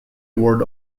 word